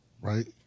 right